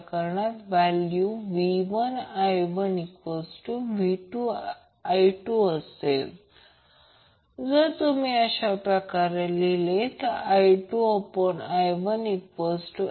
तर याचा अर्थ असा की उच्च Q असलेल्या सर्किटमध्ये कमी Q मूल्य असलेल्या सर्किटपेक्षा अत्यंत तीक्ष्ण करंट रिस्पॉन्स आणि रिस्पॉन्स कर्व असेल